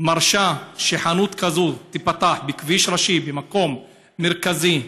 מרשה שחנות כזאת תיפתח בכביש ראשי במקום מרכזי,